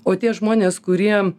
o tie žmonės kurie